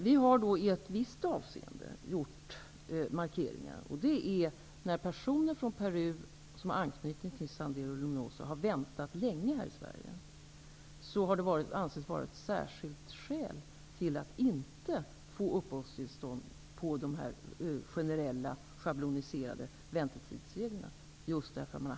I ett visst avseende har vi gjort markeringar. Det gäller när personer från Peru, som har anknytning till Sendero Luminoso, har väntat länge här i Sverige. I sådana fall har anknytningen ansetts vara ett särskilt skäl för att de inte skall få uppehållstillstånd enligt de generella, schabloniserade väntetidsreglerna.